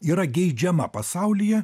yra geidžiama pasaulyje